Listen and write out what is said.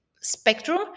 spectrum